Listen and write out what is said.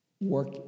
Work